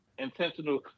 Intentional